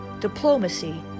diplomacy